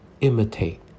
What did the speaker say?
Imitate